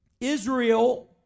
Israel